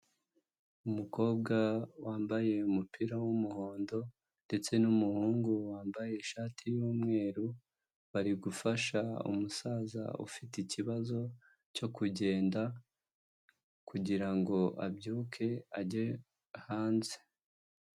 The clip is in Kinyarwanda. Umukobwa wambaye umupira w'umuhondo ndetse n'umuhungu wambaye ishati y'umweru, bari gufasha umusaza ufite ikibazo cyo kugenda kugirango abyuke ajye hanze.